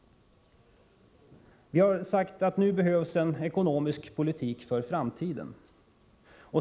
Vi har sagt att det nu behövs en ekonomisk politik för framtiden.